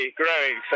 growing